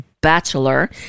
bachelor